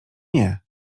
nie